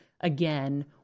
again